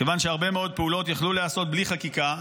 כיוון שהרבה מאוד פעולות יכלו להיעשות בלי חקיקה.